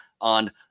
on